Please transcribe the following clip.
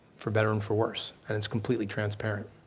for better and for worse. and it's completely transparent.